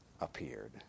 appeared